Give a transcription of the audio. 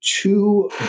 two